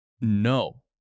No